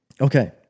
Okay